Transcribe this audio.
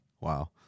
Wow